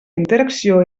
interacció